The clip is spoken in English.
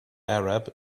arab